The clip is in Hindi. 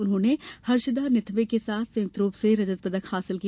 उन्होंने हर्षदा निथवे के साथ संयुक्त रूप से रजत पदक हासिल किया